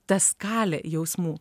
ta skalė jausmų